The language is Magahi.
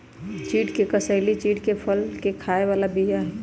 चिढ़ के कसेली चिढ़के फल के खाय बला बीया हई